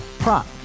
Prop